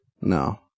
No